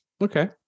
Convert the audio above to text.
Okay